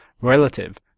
relative